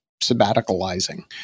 sabbaticalizing